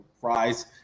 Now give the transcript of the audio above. fries